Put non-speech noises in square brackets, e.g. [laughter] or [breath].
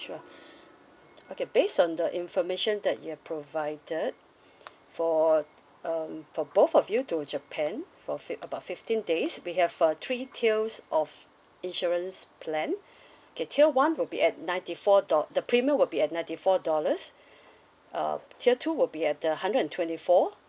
sure [breath] okay based on the information that you have provided for um for both of you to japan for fif~ about fifteen days we have uh three tiers of insurance plan okay tier one will be at ninety four dol~ the premium will be at ninety four dollars [breath] uh tier two will be at uh hundred and twenty four